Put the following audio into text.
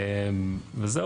היושב-ראש,